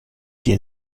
dir